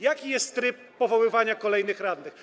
Jaki jest tryb powoływania kolejnych radnych?